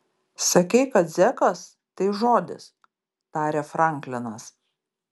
sakei kad zekas tai žodis tarė franklinas